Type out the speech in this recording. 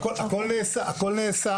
והכול נעשה